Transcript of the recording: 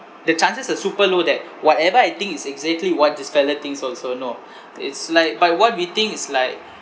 the chances are super low that whatever I think is exactly what this fella thinks also no it's like but what we think is like